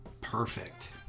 Perfect